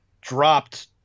dropped